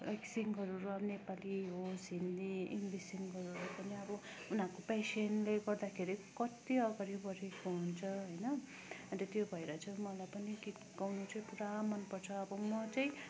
like सिङ्गरहरू र नेपाली होस् हिन्दी इङ्लिस सिङ्गरहरू पनि अब उनीहरूको पेसनले गर्दाखेरि कत्ति अगाडि बढेको हुन्छ होइन अन्त त्यो भएर चाहिँ मलाई पनि गीत गाउनु चाहिँ पुरा मनपर्छ अब म चाहिँ